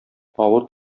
авыр